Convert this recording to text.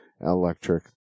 electric